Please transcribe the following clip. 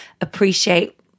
appreciate